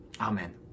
Amen